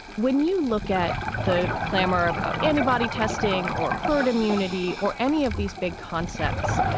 when you look at the clamor about antibody testing or herd immunity or any of these big concepts,